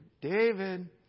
David